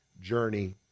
journey